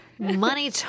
Money